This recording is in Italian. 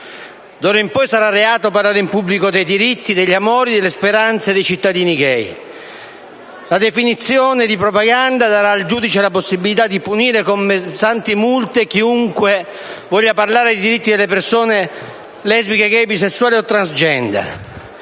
D'ora in poi sarà reato parlare in pubblico dei diritti, degli amori e delle speranze dei cittadini gay. La definizione di propaganda darà al giudice la possibilità di punire con pesanti multe chiunque voglia parlare di diritti delle persone lesbiche, gay, bisessuali o transgender.